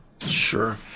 Sure